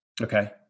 Okay